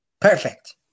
Perfect